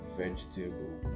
vegetable